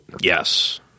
yes